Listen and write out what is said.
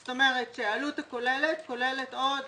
זאת אומרת שהעלות הכוללת כוללת עוד